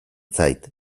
zait